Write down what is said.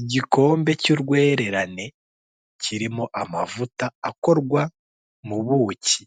Igikombe cy'urwererane kirimo amavuta akorwa mu buki